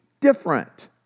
different